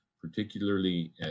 particularly